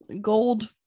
gold